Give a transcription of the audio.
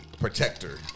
protector